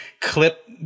clip